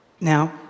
Now